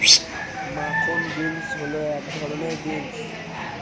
মাখন বিন্স হল এক ধরনের বিন্স